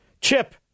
Chip